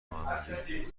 محمدی